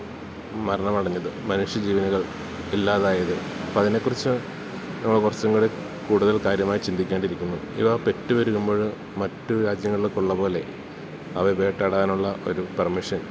മരണമടഞ്ഞത് മനുഷ്യ ജീവനുകൾ ഇല്ലാതായത് അപ്പം അതിനെക്കുറിച്ച് നമ്മൾ കുറച്ചും കൂടെ കൂടുതൽ കാര്യമായി ചിന്തിക്കേണ്ടിയിരിക്കുന്നു ഇവ പെറ്റു പെരുകുമ്പോൾ മറ്റു രാജ്യങ്ങളിൽ ഒക്കെ ഉള്ള പോലെ അവ വേട്ടയാടാനുള്ള ഒരു പെർമിഷൻ